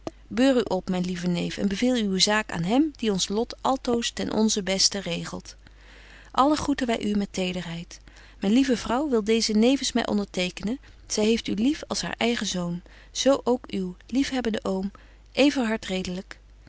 op myn lieve neef en beveel uwe zaak aan hem die ons lot altoos ten onzen beste regelt alle groeten wy u met tederheid myn lieve vrouw wil deezen nevens my ondertekenen zy heeft u lief als haar eigen zoon zo ook uw liefhebbende oom